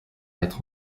être